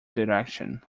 direction